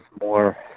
more